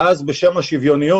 ואז, בשם השוויוניות,